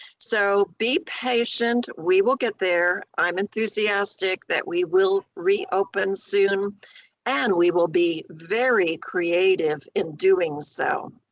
so be patient, we will get there. i'm enthusiastic that we will reopen soon and we will be very creative in doing so.